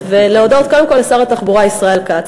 ולהודות קודם כול לשר התחבורה ישראל כץ.